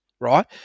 right